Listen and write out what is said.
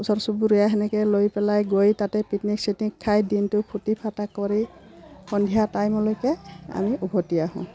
ওচৰ চুবুৰীয়া সেনেকৈ লৈ পেলাই গৈ তাতে পিকনিক চিকনিক খাই দিনটো ফূৰ্তি ফাৰ্টা কৰি সন্ধিয়া টাইমলৈকে আমি উভতি আহোঁ